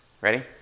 ready